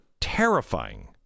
terrifying